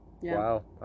Wow